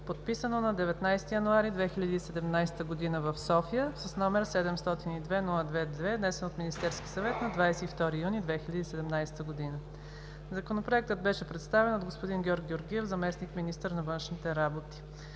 подписано на 19 януари 2017 г. в София, № 702-02-2, внесен от Министерския съвет на 22 юни 2017 г. Законопроектът беше представен от господин Георг Георгиев – заместник-министър на външните работи.